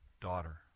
Daughter